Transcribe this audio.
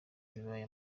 bibaye